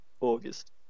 August